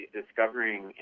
discovering